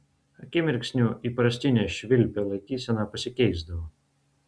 akimirksniu įprastinė švilpio laikysena pasikeisdavo